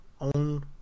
own